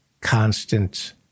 Constant